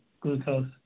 glucose